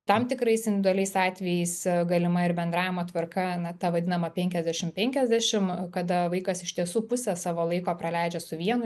tam tikrais individualiais atvejais galima ir bendravimo tvarka na ta vadinama penkiasdešim penkiasdešim kada vaikas iš tiesų pusę savo laiko praleidžia su vienu